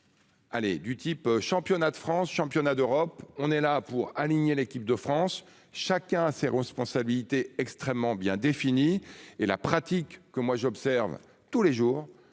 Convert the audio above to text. Allez du type championnat de France, championnat d'Europe, on est là pour aligner l'équipe de France, chacun a ses responsabilités extrêmement bien. Et la pratique que moi, j'observe tous les jours